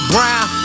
Brown